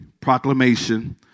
proclamation